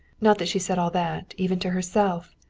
not that she said all that, even to herself.